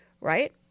right